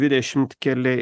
dvidešimt keli